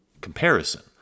comparison